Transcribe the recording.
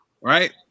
right